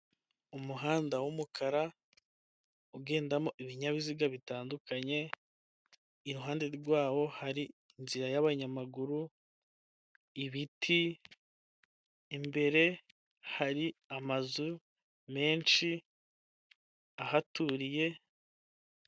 Umuhanda w'umukara ugendamo ibinyabiziga bitandukanye iruhande rwawo hari inzira y'abanyamaguru, ibiti imbere hari amazu menshi ahaturiye.